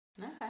Okay